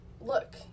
look